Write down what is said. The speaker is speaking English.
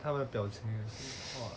他们表情 !wah!